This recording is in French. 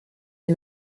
des